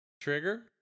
Trigger